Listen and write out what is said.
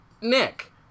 Nick